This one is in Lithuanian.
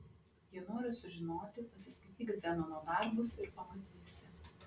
jei nori sužinoti pasiskaityk zenono darbus ir pamatysi